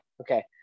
Okay